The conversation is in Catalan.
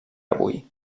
avui